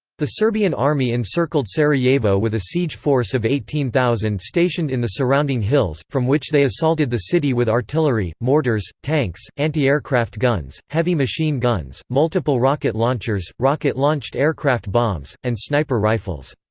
the serbian army encircled sarajevo with a siege force of eighteen thousand stationed in the surrounding hills, from which they assaulted the city with artillery, mortars, tanks, anti-aircraft guns, heavy machine-guns, multiple rocket launchers, rocket-launched aircraft bombs, and sniper rifles.